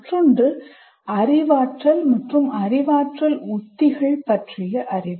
மற்றொன்று அறிவாற்றல் மற்றும் அறிவாற்றல் உத்திகள் பற்றிய அறிவு